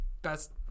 Best